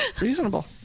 reasonable